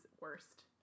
worst